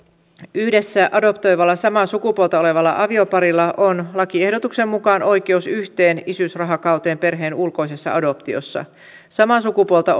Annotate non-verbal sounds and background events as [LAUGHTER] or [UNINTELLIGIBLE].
yhdessä adoptoivalla samaa sukupuolta olevalla avioparilla on lakiehdotuksen mukaan oikeus yhteen isyysrahakauteen perheen ulkoisessa adoptiossa samaa sukupuolta [UNINTELLIGIBLE]